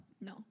No